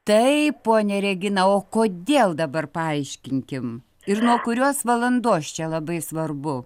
taip ponia regina o kodėl dabar paaiškinkim ir nuo kurios valandos čia labai svarbu